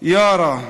יארא".